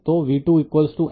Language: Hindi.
तो v2 N 2 d2 dt हैं